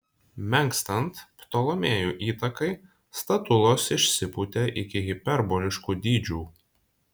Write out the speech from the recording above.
menkstant ptolemėjų įtakai statulos išsipūtė iki hiperboliškų dydžių